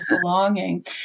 belonging